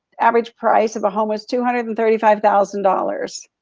average price of a home was two hundred and thirty five thousand dollars,